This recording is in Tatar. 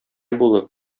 булып